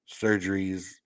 surgeries